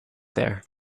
there